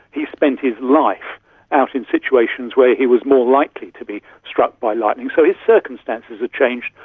he spent his life out in situations where he was more likely to be struck by lightning. so his circumstances are changed,